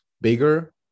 bigger